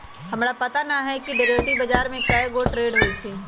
हमरा पता न हए कि डेरिवेटिव बजार में कै गो ट्रेड होई छई